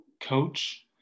coach